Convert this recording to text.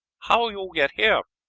how you get here?